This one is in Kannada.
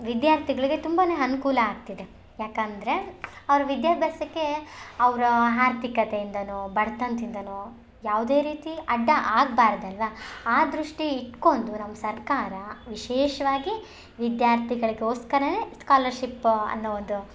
ವಿದ್ಯಾರ್ಥಿಗಳಿಗೆ ತುಂಬ ಅನುಕೂಲ ಆಗ್ತಿದೆ ಯಾಕೆಂದ್ರೆ ಅವ್ರ ವಿದ್ಯಾಭ್ಯಾಸಕ್ಕೆ ಅವ್ರ ಆರ್ಥಿಕತೆಯಿಂದನೋ ಬಡ್ತನದಿಂದನೋ ಯಾವುದೇ ರೀತಿ ಅಡ್ಡ ಆಗ್ಬಾರ್ದು ಅಲ್ಲವಾ ಆ ದೃಷ್ಟಿ ಇಟ್ಕೊಂಡು ನಮ್ಮ ಸರ್ಕಾರ ವಿಶೇಷವಾಗಿ ವಿದ್ಯಾರ್ಥಿಗಳಿಗೋಸ್ಕರನೆ ಸ್ಕಾಲರ್ಷಿಪ್ ಅನ್ನೋ ಒಂದು